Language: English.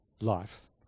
life